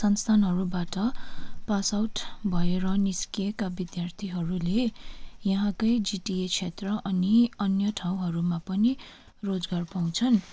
संसथानहरूबाट pass out भएर निस्किएको विद्यार्थीहरूले यहाँकै जिटिए क्षेत्र अनि अन्य ठाउँहरूमा पनि रोजगार पाउँछन्